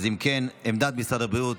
עמדת משרד הבריאות